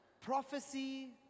Prophecy